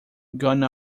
gone